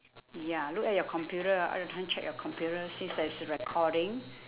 ya look at your computer can I check your computer since there's a recording